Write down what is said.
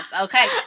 Okay